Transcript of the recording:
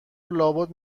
لابد